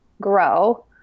grow